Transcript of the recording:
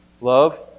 Love